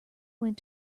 went